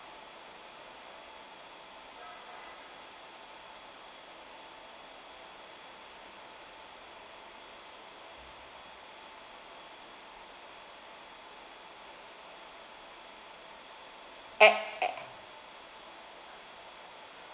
act eh